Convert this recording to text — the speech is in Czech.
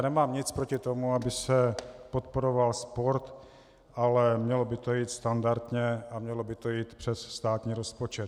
Nemám nic proti tomu, aby se podporoval sport, ale mělo by to jít standardně a mělo by to jít přes státní rozpočet.